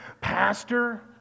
Pastor